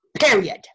period